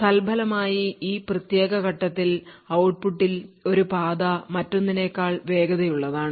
തൽഫലമായിഈ പ്രത്യേക ഘട്ടത്തിൽ ഔട്ട്പുട്ടിൽ ഒരു പാത മറ്റൊന്നിനേക്കാൾ വേഗതയുള്ളതാണ്